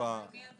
את